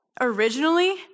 originally